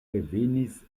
revenis